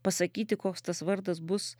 pasakyti koks tas vardas bus